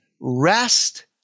rest